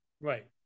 Right